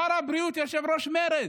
שר הבריאות, יושב-ראש מרצ,